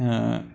এ